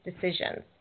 decisions